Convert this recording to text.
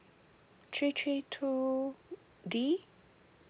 three three two D